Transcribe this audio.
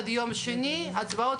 כן, בטח.